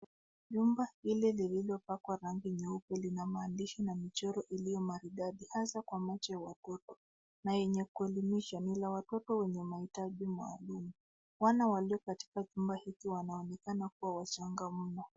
Jumba hili lililopakwa rangi nyeupe lina michoro na maandishi iliyo maridadi hasa kwa macho ya watoto na lenye kuelimisha. Ni la watoto wenye mahitaji maalum. Wana walio katika chumba hiki wanaonekana kuwa wachanga mno.